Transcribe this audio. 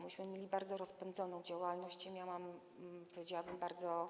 Myśmy mieli bardzo rozpędzoną działalność i miałam, powiedziałabym, bardzo